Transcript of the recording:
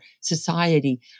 society